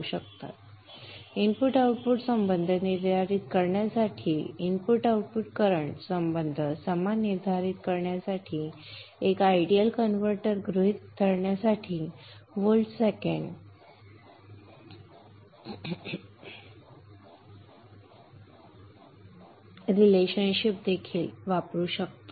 अर्थात input output संबंध निर्धारित करण्यासाठी आणि इनपुट आउटपुट करंट संबंध साधन निर्धारित करण्यासाठी एक आयडियल कनवर्टर गृहीत धरण्यासाठी व्होल्ट सेकंद बॅलन्सदेखील वापरू शकतो